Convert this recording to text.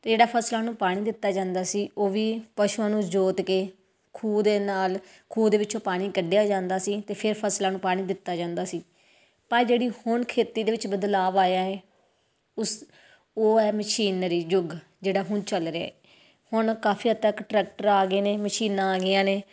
ਅਤੇ ਜਿਹੜਾ ਫਸਲਾਂ ਨੂੰ ਪਾਣੀ ਦਿੱਤਾ ਜਾਂਦਾ ਸੀ ਉਹ ਵੀ ਪਸ਼ੂਆਂ ਨੂੰ ਜੋਤ ਕੇ ਖੂਹ ਦੇ ਨਾਲ ਖੂਹ ਦੇ ਵਿੱਚੋਂ ਪਾਣੀ ਕੱਢਿਆ ਜਾਂਦਾ ਸੀ ਅਤੇ ਫਿਰ ਫਸਲਾਂ ਨੂੰ ਪਾਣੀ ਦਿੱਤਾ ਜਾਂਦਾ ਸੀ ਪਰ ਜਿਹੜੀ ਹੁਣ ਖੇਤੀ ਦੇ ਵਿੱਚ ਬਦਲਾਅ ਆਇਆ ਹੈ ਉਸ ਉਹ ਹੈ ਮਸ਼ੀਨਰੀ ਯੁੱਗ ਜਿਹੜਾ ਹੁਣ ਚੱਲ ਰਿਹਾ ਹੈ ਹੁਣ ਕਾਫ਼ੀ ਹੱਦ ਤੱਕ ਟਰੈਕਟਰ ਆ ਗਏ ਨੇ ਮਸ਼ੀਨਾ ਆ ਗਈਆਂ ਨੇ